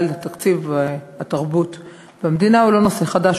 תקציב התרבות במדינה הוא לא נושא חדש.